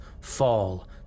fall